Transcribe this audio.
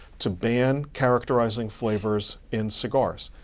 to ban characterizing flavors in cigars.